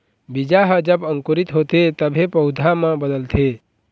बीजा ह जब अंकुरित होथे तभे पउधा म बदलथे